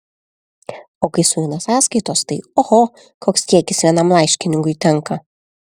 o kai sueina sąskaitos tai oho koks kiekis vienam laiškininkui tenka